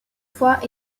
fois